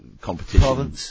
Competition